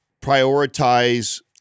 prioritize